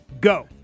Go